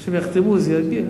אחרי שהם יחתמו, זה יגיע.